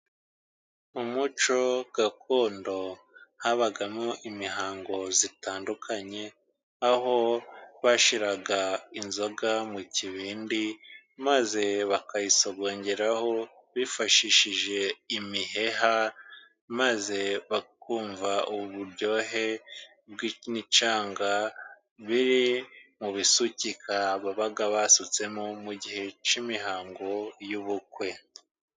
Umuco gakondo habagamo imihango itandukanye aho bashira inzoga mu kibindi, maze bakayisogongeraho bifashishije imiheha, maze bakumva uburyohe bw'icyanga biri mu bisukika baba basutsemo mu gihe cy'imihango y'ubukwe.